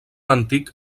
antic